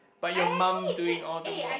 but your mom doing all the work